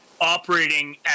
operating